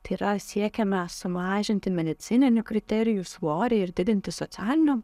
tai yra siekiame sumažinti medicininių kriterijų svorį ir didinti socialinių